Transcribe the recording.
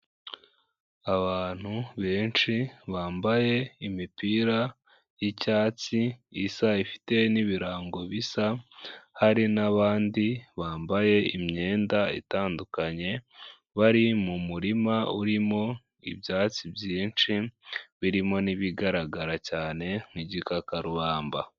Abantu benshi bambaye imipira y'icyatsi isa ifite n'ibirango bisa, hari n'abandi bambaye imyenda itandukanye, bari mu murima urimo ibyatsi byinshi birimo n'ibigaragara cyane nk'igikakarubamba.